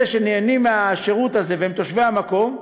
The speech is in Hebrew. אלה שנהנים מהשירות הזה והם תושבי המקום,